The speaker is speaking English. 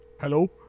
Hello